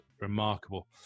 remarkable